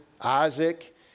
Isaac